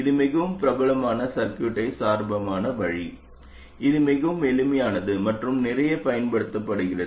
இது மிகவும் பிரபலமான சர்க்யூட்டைச் சார்பான வழி இது மிகவும் எளிமையானது மற்றும் நிறையப் பயன்படுத்தப்படுகிறது